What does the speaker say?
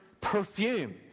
perfume